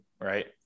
right